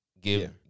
give